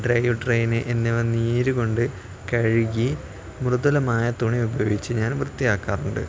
drive drain എന്നിവ നീര് കൊണ്ട് കഴുകി മൃദലമായ തുണി ഉപയോഗിച്ച് ഞാൻ വൃത്തിയാക്കാറുണ്ട്